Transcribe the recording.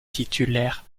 titulaire